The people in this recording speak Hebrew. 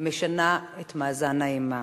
משנה את מאזן האימה.